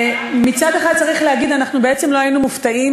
מצד אחד צריך להגיד: אנחנו בעצם לא היינו מופתעים